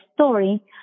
story